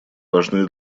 важны